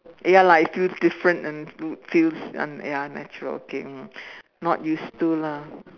ya lah it feels different and feels un~ ya unnatural okay ya mm not used to lah